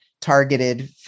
targeted